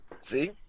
See